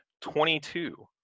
twenty-two